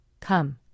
Come